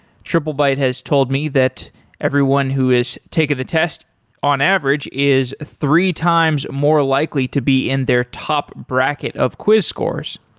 triplebyte has told me that everyone who has taken the test on average is three times more likely to be in their top bracket of quiz scores